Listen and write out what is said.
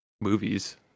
movies